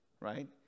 right